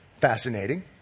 Fascinating